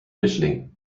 mischling